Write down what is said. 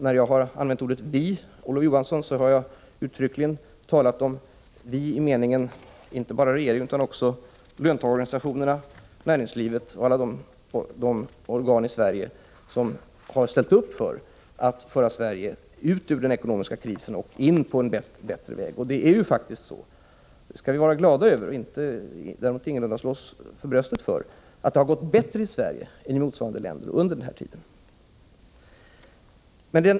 När jag har använt ordet vi, Olof Johansson, har jag uttryckligen talat om vi i meningen inte bara regeringen utan också löntagarorganisationerna, näringslivet och alla övriga organ i Sverige som har ställt upp för att föra Sverige ut ur den ekonomiska krisen och in på en bättre väg. Vi skall vara glada för, även om det inte är något att slå oss för bröstet för, att det faktiskt har gått bättre i Sverige än i jämförbara länder under den här tiden.